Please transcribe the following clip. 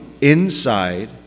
inside